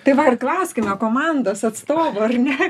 tai va ir klauskime komandos atstovų ar ne